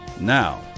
Now